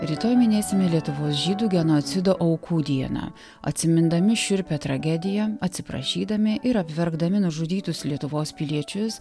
rytoj minėsime lietuvos žydų genocido aukų dieną atsimindami šiurpią tragediją atsiprašydami ir apverkdami nužudytus lietuvos piliečius